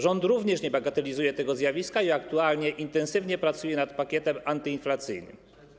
Rząd również nie bagatelizuje tego zjawiska i aktualnie intensywnie pracuje nad pakietem antyinflacyjnym.